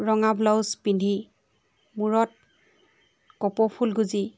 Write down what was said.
ৰঙা ব্লাউজ পিন্ধি মূৰত কপৌফুল গোঁজি